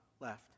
left